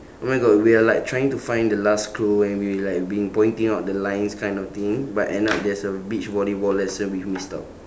oh my god we are like trying to find the last clue and we like been pointing out the lines kind of thing but end up there's a beach volleyball lesson we've missed out